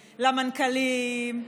למנכ"לים,